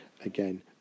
again